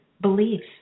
beliefs